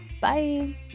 bye